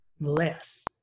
less